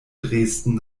dresden